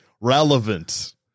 Relevant